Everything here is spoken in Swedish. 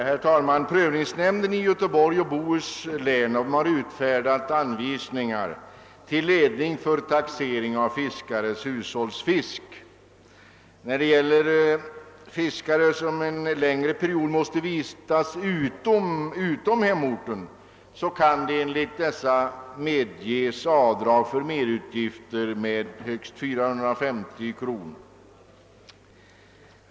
Herr talman! Prövningsnämnden i Göteborgs och Bohus län har utfärdat anvisningar till ledning för taxering av värdet av fiskares hushållsfisk. Fiskare som en längre period måste vistas utom hemorten kan enligt dessa anvisningar medges avdrag för merutgifter med högst 470 kr.